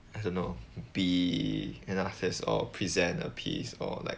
I don't know be in office or present a piece or like